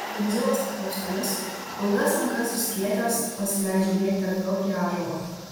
jundzilas paknopstomis ilgas rankas išskėtęs pasileidžia bėgti atgal prie ąžuolo